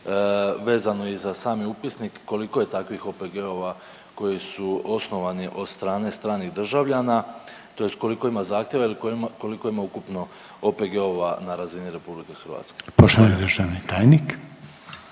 vezano i za sami upisnik koliko je takvih OPG-ova koji su osnovani od strane stranih državljana, tj. koliko ima zahtjeva ili koliko ima ukupno OPG-ova na razini RH. **Reiner, Željko (HDZ)** Poštovani državni tajnik.